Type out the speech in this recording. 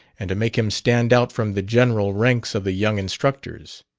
and to make him stand out from the general ranks of the young instructors.